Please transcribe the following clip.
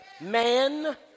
man